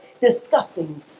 discussing